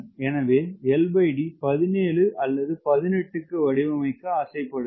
எனவே LD 17 18 க்கு வடிவமைக்க ஆசைப்படுவேன்